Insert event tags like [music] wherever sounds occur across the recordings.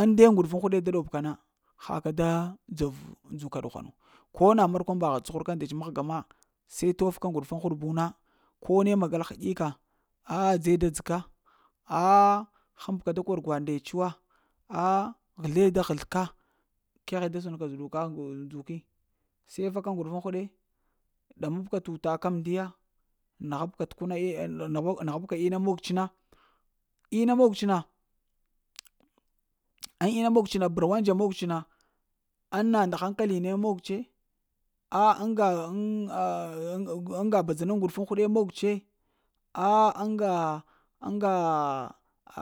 Ŋ nde ŋguɗufuŋ huɗe daɗob ka na, ha ka da dzov ndzuka ɗughwanu, ko na markwambagha cuhuraka ndets mahga ma se tof ka ŋguɗufuŋ huɗ bew na, ko ne magal ghəɗika ah dze-da-dzə ka, aah həm ka da kor gwaɗ ndets wa, ah, ghəzle da ghəzi ka, keghe da sən ka zəɗuka ndzuki se faka ŋfuɗufuŋ huɗi ɗamabka t'utakaŋ mdiya naghabka tukuna eh-eh na-na mog, nəghab ka ina monəts na ina mogəts na [hesitation] ŋ ina mogəts na nəməŋ ga ina monəts na, ŋ na nda hankaline mogətse, ah ŋga [hesitation] ŋga badzanu ŋguɗufuŋ huɗe mogətse ah ŋ-ga ŋga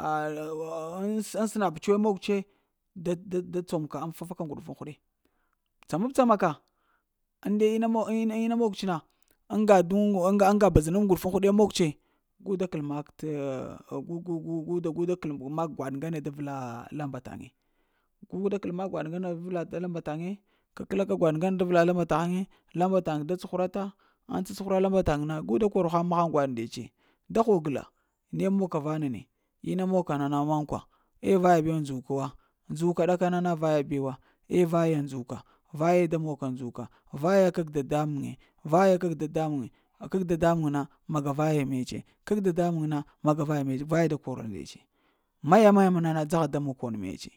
[hesitation] ŋ sənab tse mog tse-da-da cumka ŋ fafa ka ŋguɗufuŋ huɗi, tsamab-tsa-maka, inde ina mog ina mogəts na, ŋga don ŋga don badzanu ŋguɗufun huɗe mog tse, gu da kəl mak t'da kəl mak t'gu-gu-gu-gu da kəl mak gwaɗ ngane da vla laŋ mbataŋe guda kəl mak gwaɗ ŋgane da vla lambaata ŋe kəekəla ka gwaɗ ŋgane da le lamba taghaŋe lambataŋ da cuhurata ŋ cacuhara lamba taŋ na gu da kor mahaŋ mak nde tse da hog la, ne monka vana ne ina mon ka nana mankwa, eh vaya be ndzok wa ndzuka ɗakana na vaya bewa eh vaya ndzuka, vaye da mon ka ndzuka, vaya kag dada muŋe, vaya kag dada muŋ, kag dada muŋ na maga vaya metse, kag dada muŋ na maga vaya metse vaye da korel ndetse mamaya-maya məna na dzagha daŋ makon metse